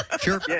sure